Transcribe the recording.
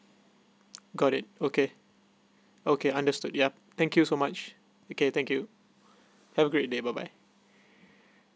got it okay okay understood yup thank you so much okay thank you have a great day bye bye